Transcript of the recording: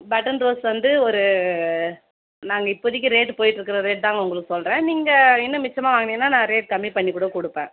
button rose வந்து ஒரு நாங்கள் இப்போதைக்கு ரேட்டு போய்ட்டு இருக்கிற ரேட்டு தான் உங்களுக்கு சொல்கிறேன் நீங்கள் இன்னும் மிச்சமாக வாங்குனீங்கன்னால் நான் ரேட்டு கம்மி பண்ணி கூட கொடுப்பேன்